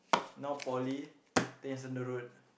now poly ten years down the road